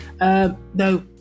no